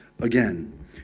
again